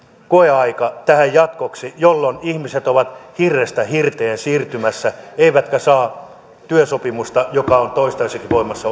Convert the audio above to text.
koeaika tähän jatkoksi jolloin ihmiset ovat hirrestä hirteen siirtymässä eivätkä saa työsopimusta joka on toistaiseksi voimassa